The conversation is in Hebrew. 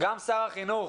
גם שר החינוך